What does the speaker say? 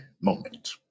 moment